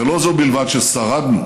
ולא זו בלבד ששרדנו,